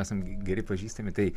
esam geri pažįstami tai